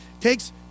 takes